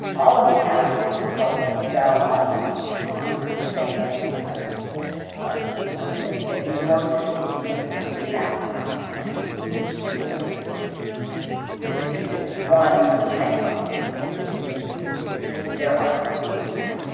all of these alley scenes help sell audiences on the same idea of new york, that that new york is a city of ten thousand alleys right each with its own secret history there's just one tiny problem with this, which is that there are no alleys in new york